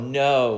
no